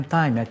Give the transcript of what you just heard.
time